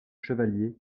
chevalier